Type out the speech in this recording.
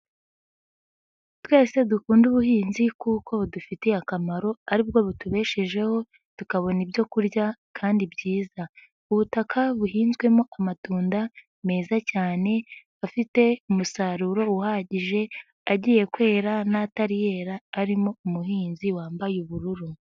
Twese dukunde ubuhinzi kuko budufitiye akamaro ,ari bwo butubeshejeho tukabona ibyo kurya kandi byiza ,ubutaka buhinzwemo amatunda meza cyane ,afite umusaruro uhagije ,agiye kwera n'atari yera, arimo umuhinzi wambaye ubururu.